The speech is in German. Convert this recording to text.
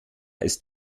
ist